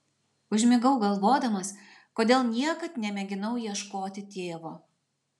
užmigau galvodamas kodėl niekad nemėginau ieškoti tėvo